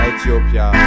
Ethiopia